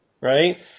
right